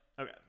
Okay